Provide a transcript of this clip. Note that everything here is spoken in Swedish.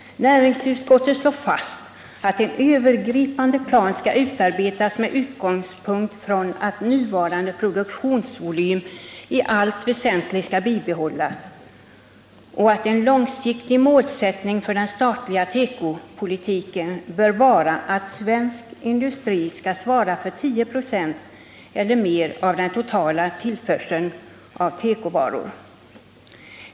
Näringsutskottet slår fast att en övergripande plan skall utarbetas med utgångspunkt i att nuvarande produktionsvolym i allt väsentligt skall bibehållas och att en långsiktig målsättning för den statliga tekopolitiken bör vara att svensk industri skall svara för 10 96 eller mer av den totala tillförseln av tekovaror.